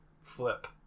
flip